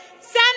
Senator